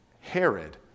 Herod